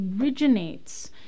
originates